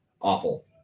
awful